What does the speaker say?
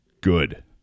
Good